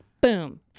boom